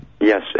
Yes